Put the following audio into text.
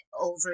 over